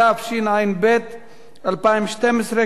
התשע"ב 2012,